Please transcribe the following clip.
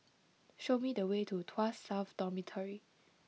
show me the way to Tuas South Dormitory